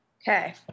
Okay